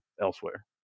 elsewhere